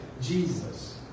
Jesus